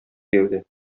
гәүдә